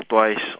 twice